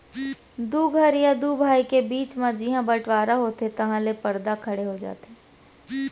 दू घर या दू भाई के बीच म जिहॉं बँटवारा होथे तहॉं ले परदा खड़े हो जाथे